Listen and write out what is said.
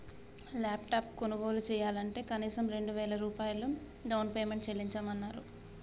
laptop కొనుగోలు చెయ్యాలంటే కనీసం రెండు వేల రూపాయలు డౌన్ పేమెంట్ చెల్లించమన్నరు